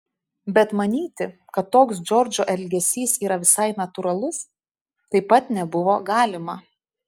bet manyti kad toks džordžo elgesys yra visai natūralus taip pat nebuvo galima